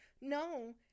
No